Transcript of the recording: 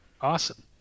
Awesome